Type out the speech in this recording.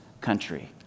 country